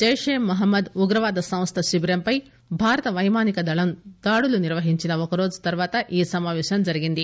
జైషే మహ్మద్ ఉగ్రవాద సంస్థ శిబిరంపై భారత పైమానిక దళం దాడులు నిర్వహించిన ఒకరోజు తర్వాత ఈ సమాపేశం జరిగింది